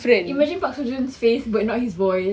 imagine park seo joon face but not his voice